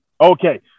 Okay